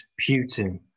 Putin